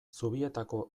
zubietako